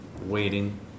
waiting